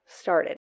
started